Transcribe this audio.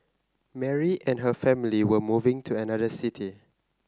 Mary and her family were moving to another city